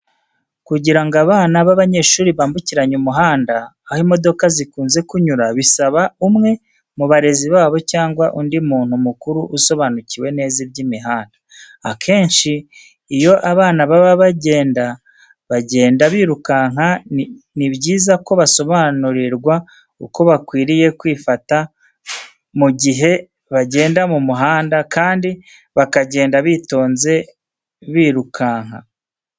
Kugira ngo abana b'abanyeshuri bambukiranye umuhanda aho imodoka zikunze kunyura bisaba ko umwe mu barezi babo cyangwa undi muntu mukuru usobanukiwe neza iby'imihanda. Akenshi iyo abana baba bagenda bagenda birukanka ni byiza ko basobanurirwa uko bakwiriye kwifata mu gihe bagenda mu muhanda kandi bakagenda bitonze birukanka.